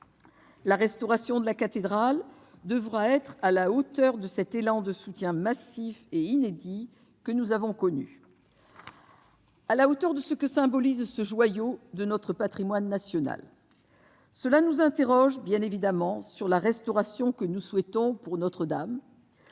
La restauration de la cathédrale devra être à la hauteur de l'élan de soutien massif et inédit que nous avons connu ; à la hauteur de ce que symbolise ce joyau de notre patrimoine national. Évidemment, nous devons nous demander quelle restauration nous souhaitons pour Notre-Dame.